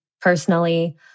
personally